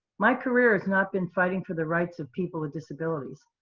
my career has not been fighting for the rights of people with disabilities.